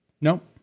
nope